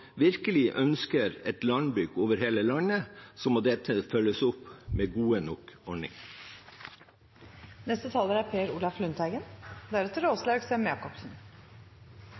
virkelig ønsker et landbruk over hele landet, må dette følges opp med gode nok ordninger. Årets jordbruksavtale er